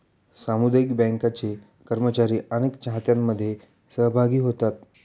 सामुदायिक बँकांचे कर्मचारी अनेक चाहत्यांमध्ये सहभागी होतात